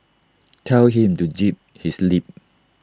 tell him to zip his lip